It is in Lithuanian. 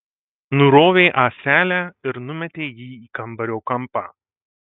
nurovė ąselę ir numetė jį į kambario kampą